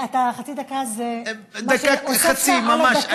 חצי דקה זה מה שהוספת על הדקה שכבר הייתה לך.